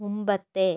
മുമ്പത്തെ